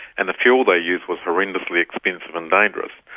and the fuel they used was horrendously expensive and dangerous.